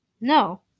No